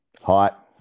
Hot